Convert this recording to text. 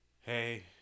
hey